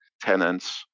tenants